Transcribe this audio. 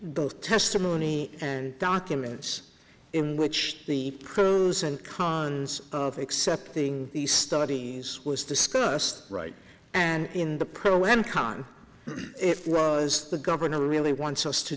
both testimony and documents in which the pros and cons of accepting these studies was discussed right and in the pro and con it was the governor really wants us to